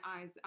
eyes